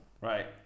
Right